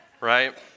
right